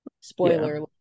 spoiler